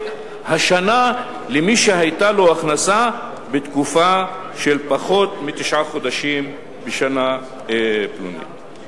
השנה למי שהיתה לו הכנסה בתקופה של פחות מתשעה חודשים בשנה פלונית.